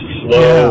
slow